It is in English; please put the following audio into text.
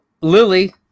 Lily